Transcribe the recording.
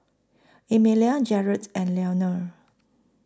Emelia Jarrett and Leonel